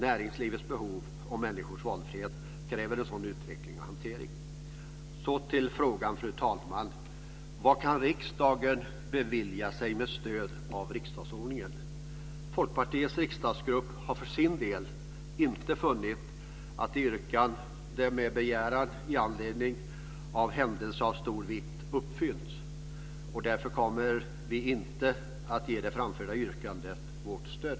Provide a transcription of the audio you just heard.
Näringslivets behov och människors valfrihet kräver en sådan utveckling och hantering. Så till frågan, fru talman, vad riksdagen kan bevilja sig med stöd av riksdagsordningen. Folkpartiets riksdagsgrupp har för sin del inte funnit att yrkandet med begäran i anledning av händelse av stor vikt uppfyllts. Därför kommer vi inte att ge det framförda yrkandet vårt stöd.